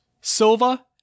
Silva